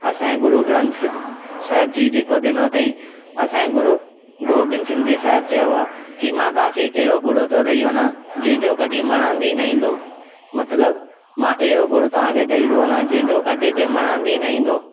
असांजे गुरु ग्रंथ साहिब जी जेको ॾिनो अथईं असांजे गुरु गोबिंद सिंघ जी साहिब चयो आ कि मां तव्हां खे अहिड़ो गुरु थो ॾेई वञा जंहिंजो कॾहिं मरणु ॾींहुं न ईंदो मतलबु मां अहिड़ो गुरु तव्हां खे ॾेइ थो वञा जंहिंजो कॾहिं बि मरणु ॾींहुं न ईंदो